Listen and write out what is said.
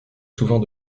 souvent